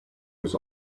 was